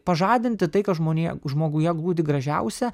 pažadinti tai kas žmonija žmoguje glūdi gražiausia